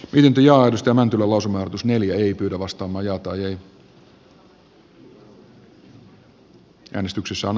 lintujahdista mäntylä ulos neljä ei lopuksi voittaneesta mietintöä vastaan